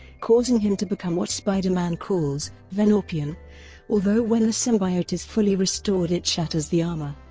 causing him to become what spider-man calls ven-orpion although when the symbiote is fully restored it shatters the armor.